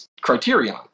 criterion